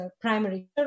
primary